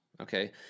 Okay